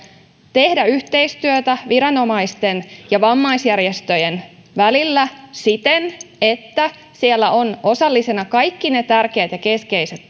tehdä yhteistyötä viranomaisten ja vammaisjärjestöjen välillä siten että siellä ovat osallisina kaikki ne tärkeät ja keskeiset